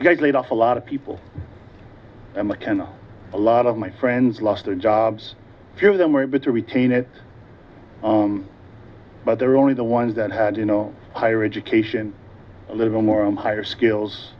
et laid off a lot of people and mckenna a lot of my friends lost their jobs few of them were a bit to retain it but they're only the ones that had you know higher education a little more and higher skills